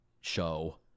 show